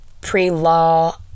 pre-law